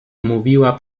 mówiła